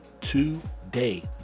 today